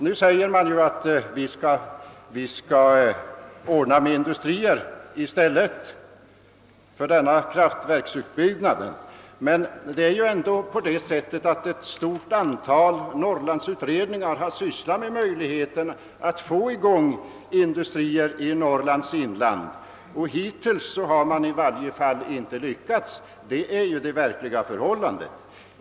Nu sägs det att man skall ordna med industrier i stället för denna kraftverksutbyggnad. Men ett stort antal norrlandsutredningar har redan sysslat med möjligheten att få i gång industrier i Norrlands inland. Hittills har det i varje fall inte lyckats — det är det verkliga förhållandet.